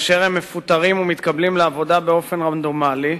והם מפוטרים ומתקבלים לעבודה באופן רנדומלי,